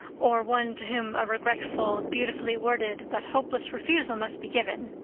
or one to whom a regretful, beautifully worded, but hopeless refusal must be given.